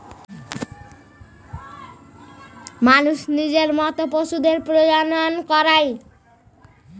মানুষ নিজের মত পশুদের প্রজনন করায়